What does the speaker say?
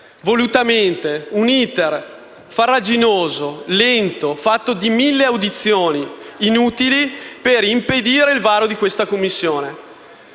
volutamente un *iter* farraginoso, lento e fatto di mille audizioni inutili per impedire il varo di questa Commissione.